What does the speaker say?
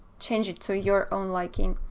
change it to your own liking,